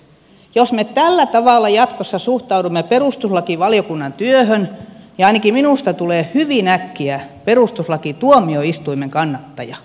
jos me tällä tavalla jatkossa suhtaudumme perustuslakivaliokunnan työhön niin ainakin minusta tulee hyvin äkkiä perustuslakituomioistuimen kannattaja